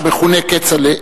המכונה כצל'ה,